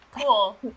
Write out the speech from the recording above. cool